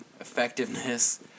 Effectiveness